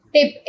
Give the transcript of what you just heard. Tip